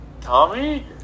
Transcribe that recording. Tommy